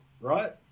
right